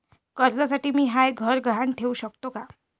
कर्जसाठी मी म्हाय घर गहान ठेवू सकतो का